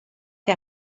che